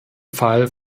fall